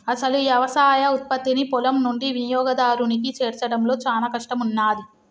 అసలు యవసాయ ఉత్పత్తిని పొలం నుండి వినియోగదారునికి చేర్చడంలో చానా కష్టం ఉన్నాది